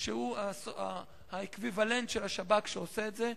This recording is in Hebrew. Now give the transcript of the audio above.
שהוא האקוויוולנט של השב"כ שעושה את זה.